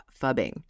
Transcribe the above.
fubbing